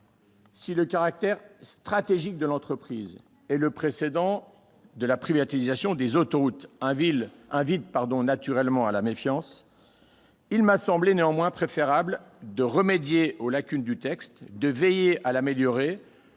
Si le caractère stratégique de l'entreprise et le précédent de la privatisation des autoroutes invitent naturellement à la méfiance, il m'a semblé néanmoins préférable de remédier aux lacunes du texte, de veiller à l'améliorer,